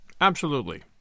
Absolutely